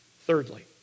Thirdly